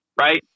right